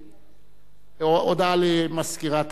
הודעה למזכירת הכנסת, בבקשה.